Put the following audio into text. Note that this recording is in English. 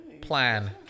plan